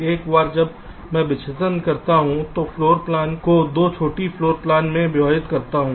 एक बार जब मैं एक विच्छेदन करता हूं तो मैं फ्लोर प्लान को 2 छोटी फ्लोर प्लान में विभाजित करता हूं